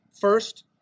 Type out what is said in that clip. First